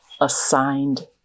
assigned